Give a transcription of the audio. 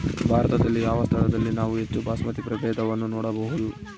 ಭಾರತದಲ್ಲಿ ಯಾವ ಸ್ಥಳದಲ್ಲಿ ನಾವು ಹೆಚ್ಚು ಬಾಸ್ಮತಿ ಪ್ರಭೇದವನ್ನು ನೋಡಬಹುದು?